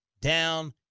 down